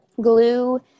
glue